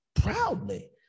proudly